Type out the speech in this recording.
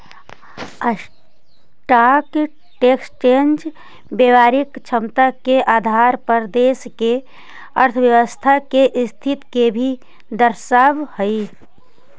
stock exchange व्यापारिक क्षमता के आधार पर देश के अर्थव्यवस्था के स्थिति के भी दर्शावऽ हई